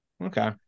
Okay